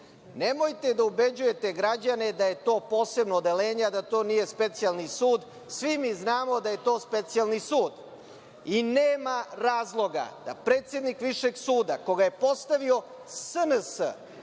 Nemojte da ubeđujete građane da je to posebno odeljenje, a da to nije Specijalni sud. Svi mi znamo da je to Specijalni sud. Nema razloga da predsednik Višeg suda, koga je postavio SNS,